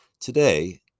Today